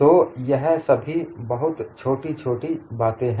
तो यह सभी बहुत छोटी छोटी बातें हैं